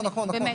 באמת...